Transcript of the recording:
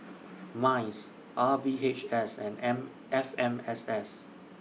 Mice R V H S and M F M S S